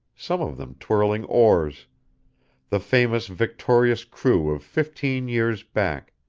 some of them twirling oars the famous victorious crew of fifteen years back